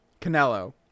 Canelo